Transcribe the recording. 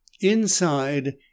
Inside